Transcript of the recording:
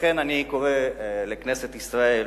לכן, אני קורא לכנסת ישראל